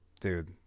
dude